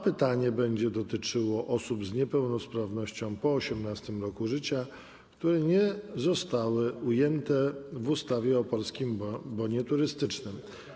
Pytanie będzie dotyczyło osób z niepełnosprawnością po 18. roku życia, które nie zostały ujęte w ustawie o Polskim Bonie Turystycznym.